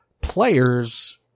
players